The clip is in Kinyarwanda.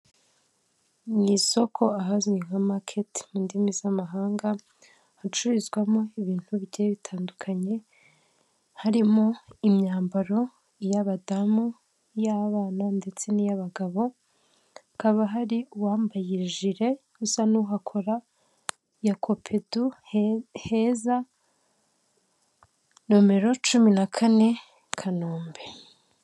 Mu isoko ahazwi nka Market mu ndimi z'amahanga, hacururizwamo ibintu bigiye bitandukanye, harimo imyambaro y'abadamu, iy'abana ndetse n'iy'abagabo, hakaba hari uwambaye jule usa n'uhakora ya kopedu heza, nomero cumi na kane Kanombe.